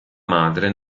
madre